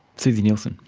suzie nielsen?